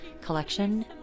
collection